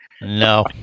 No